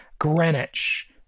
Greenwich